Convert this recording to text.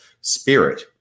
spirit